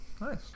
Nice